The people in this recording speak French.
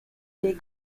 les